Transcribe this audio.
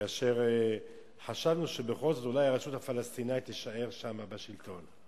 כאשר חשבנו שבכל זאת הרשות הפלסטינית אולי תישאר שם בשלטון.